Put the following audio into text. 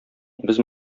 без